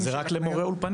אז זה רק למורי אולפנים?